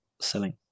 selling